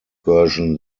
version